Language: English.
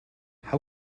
how